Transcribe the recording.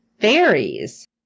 fairies